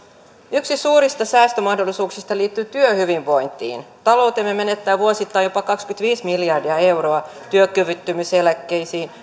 yksi suurista säästömahdollisuuksista liittyy työhyvinvointiin taloutemme menettää vuosittain jopa kaksikymmentäviisi miljardia euroa työkyvyttömyyseläkkeisiin